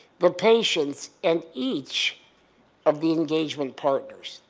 the patients, and each of the engagement partners,